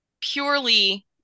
purely